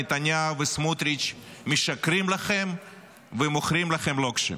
נתניהו וסמוטריץ' משקרים לכם ומוכרים לכם לוקשים.